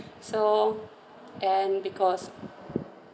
so and because